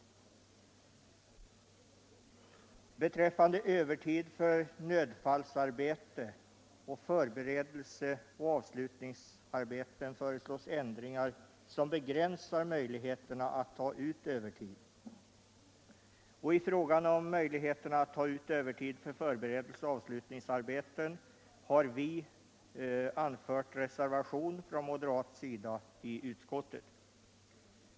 Även beträffande övertid för nödfallsarbete samt förberedelseoch avslutningsarbeten föreslås ändringar som i viss utsträckning begränsar möjligheterna att ta ut övertid.” I fråga om möjligheterna att ta ut övertid för förberedelseoch avslutningsarbeten har vi från moderat sida anfört en reservation i utskottet.